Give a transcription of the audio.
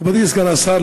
מכובדי סגן השר,